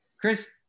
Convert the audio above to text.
chris